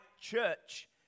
church